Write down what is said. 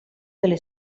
delle